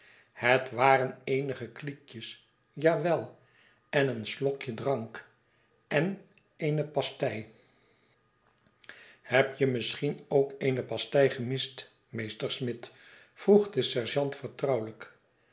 het waren eenige kliekjes jawel en een slokje drank en eene pastei heb je misschien ook eene pastei gemist meester smid vroeg de sergeant vertrouwelijk